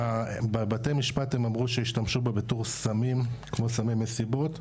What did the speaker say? בבתי משפט הם אמרו שהשתמשו בו בתור סמים כמו סמי מסיבות.